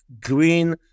green